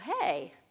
hey